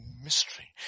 mystery